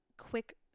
quick